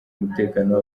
umutekano